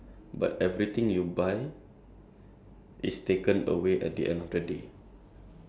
the question is you get a single day to spend as much money as you can